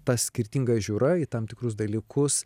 ta skirtinga žiūra į tam tikrus dalykus